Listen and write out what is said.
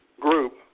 group